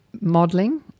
modelling